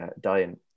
dying